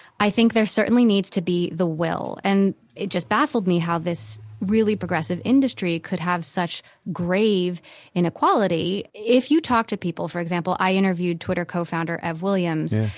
i think there certainly needs to be the will, and it just baffled me how this really progressive industry could have such grave inequality. if you talk to people, for example i interviewed twitter co-founder ev williams,